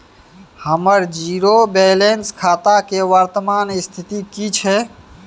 हमर zero balance खाता के वर्तमान स्थिति की छै?